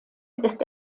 ist